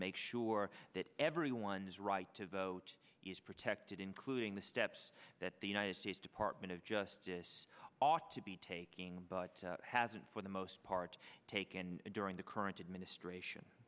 make sure that everyone's right to vote is protected including the steps that the united states department of justice ought to be taking but hasn't for the most part taken during the current administration